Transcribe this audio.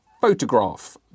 photograph